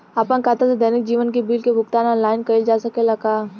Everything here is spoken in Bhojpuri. आपन खाता से दैनिक जीवन के बिल के भुगतान आनलाइन कइल जा सकेला का?